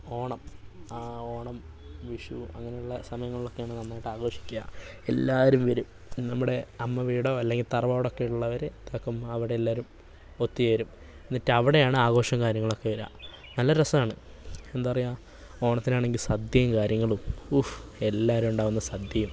ഓണം ഓണം വിഷു അങ്ങനെയുള്ള സമയങ്ങളിലൊക്കെയാണ് നന്നായിട്ട് ആഘോഷിക്കുക എല്ലാവരും വരും നമ്മുടെ അമ്മവീടോ അല്ലെങ്കിൽ തറവാട് ഒക്കെ ഉള്ളവര് ഒത്തൊക്കെ അവിടെ എല്ലാവരും ഒത്തുചേരും എന്നിട്ടവിടെയാണ് ആഘോഷങ്ങളും കാര്യങ്ങളുമൊക്കെ വരിക നല്ല രസമാണ് എന്താ പറയുക ഓണത്തിനാണെങ്കിൽ സദ്യയും കാര്യങ്ങളും ഉഫ് എല്ലാവരും ഉണ്ടാകുന്ന സദ്യയും